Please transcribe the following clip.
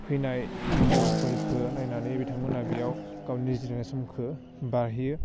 फैनाय भिदिअफोरखौ नायनानै बिथांमोना बेयाव गावनि जिरायनाय समखो बारहोयो